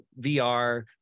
VR